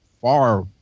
far